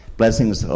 blessings